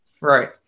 right